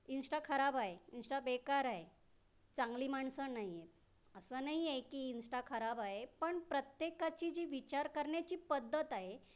Insta खराब आहे Insta बेकार आहे चांगली माणसं नाही आहे असं नाही आहे की इंस्टा खराब आहे पण प्रत्येकाची जी विचार करण्याची पद्धत आहे